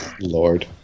Lord